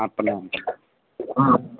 हँ प्रणाम हँ